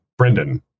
Brendan